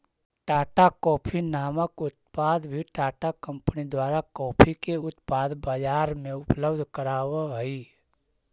Tata coffee नामक उत्पाद भी टाटा कंपनी द्वारा कॉफी के उत्पाद बजार में उपलब्ध कराब हई